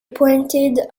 pointed